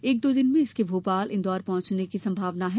एक दो दिन में इसके भोपाल इन्दौर पहुँचने की संभावना है